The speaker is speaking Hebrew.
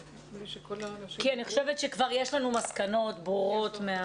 אני חושבת שיש לנו מסקנות ברורות.